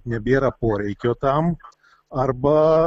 nebėra poreikio tam arba